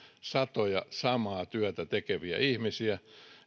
satoja samaa työtä tekeviä ihmisiä